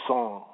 Song